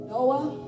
Noah